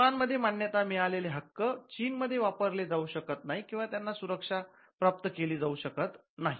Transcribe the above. Japan मध्ये मान्यता मिळालेले पेटंट हक्क चीन मध्ये वापरले जाऊ शकत नाहीत किंवा सुरक्षा प्राप्त केली जाऊ शकत नाही